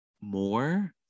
more